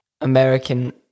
American